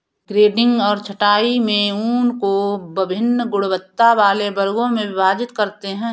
grading और छँटाई में ऊन को वभिन्न गुणवत्ता वाले वर्गों में विभाजित करते हैं